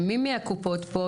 מי מהקופות פה?